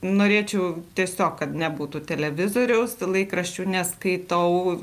norėčiau tiesiog kad nebūtų televizoriaus laikraščių neskaitau